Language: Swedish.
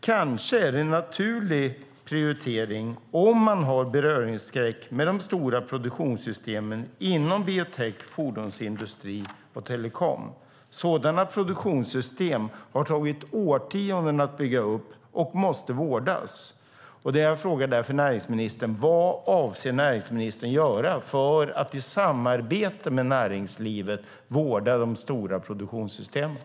Kanske är det en naturlig prioritering om man har beröringsskräck med de stora produktionssystemen inom biotech, fordonsindustri och telekom. Sådana produktionssystem har tagit årtionden att bygga upp och måste vårdas. Jag frågar därför näringsministern: Vad avser näringsministern att göra för att i samarbete med näringslivet vårda de stora produktionssystemen?